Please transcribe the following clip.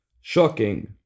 Shocking